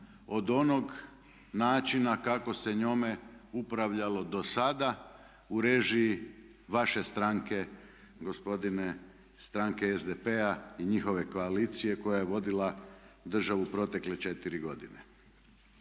od onog načina kako se njome upravljalo dosada u režiji vaše stranke gospodine, stranke SDP-a i njihove koalicije koja je vodila državu protekle četiri godine.